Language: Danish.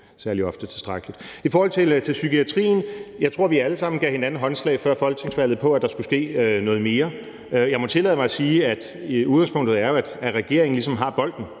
særlig ofte tilstrækkeligt. I forhold til psykiatrien tror jeg, at vi alle sammen før folketingsvalget gav hinanden håndslag på, at der skulle ske noget mere. Jeg må tillade mig at sige, at udgangspunktet jo er, at regeringen ligesom har bolden;